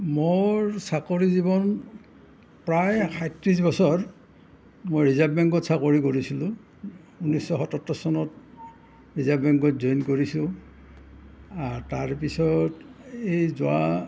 মোৰ চাকৰি জীৱন প্ৰায় সাতত্ৰিছ বছৰ মই ৰিজাৰ্ভ বেংকত চাকৰি কৰিছিলোঁ উনৈছশ সাতসত্তৰ চনত ৰিজাৰ্ভ বেংকত জইন কৰিছোঁ আৰু তাৰ পিছত এই যোৱা